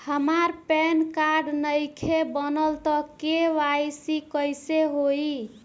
हमार PAN card नईखे बनल त के.वाइ.सी कइसे होई?